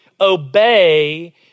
obey